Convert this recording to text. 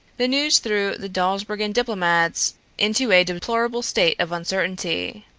the news threw the dawsbergen diplomats into a deplorable state of uncertainty.